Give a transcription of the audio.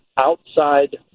outside